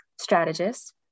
strategist